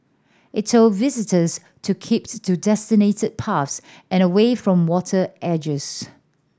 it told visitors to keeps to designated paths and away from water edges